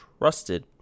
trusted